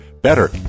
better